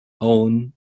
own